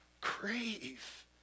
Crave